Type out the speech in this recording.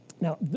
now